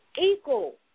equal